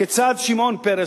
כיצד שמעון פרס,